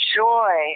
joy